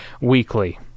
weekly